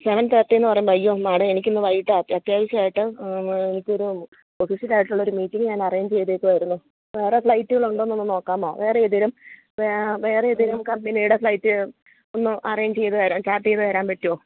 seven thirty എന്നു പറയുമ്പോൾ അയ്യോ മാഡം എനിക്ക് ഇന്ന് വൈകിട്ട് അത്യാവശ്യമായിട്ട് എനിക്ക് ഒരു ഒഫീഷ്യലായിട്ടുള്ള ഒരു മീറ്റിംഗ് ഞാൻ അറേഞ്ച് ചെയ്തിരിക്കുമായിരുന്നു വേറെ ഫ്ലൈറ്റുകൾ ഉണ്ടോ എന്നൊന്ന് നോക്കാമോ വേറെ ഏതെങ്കിലും വേറെ ഏതെങ്കിലും കമ്പനിയുടെ ഫ്ലൈറ്റ് ഒന്ന് അറേഞ്ച് ചെയ്തു തരാൻ ചാർട്ട് ചെയ്തു തരാൻ പറ്റുമോ